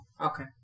Okay